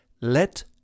let